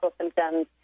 symptoms